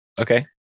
Okay